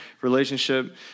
relationship